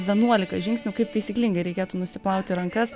vienuolika žingsnių kaip taisyklingai reikėtų nusiplauti rankas